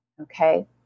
okay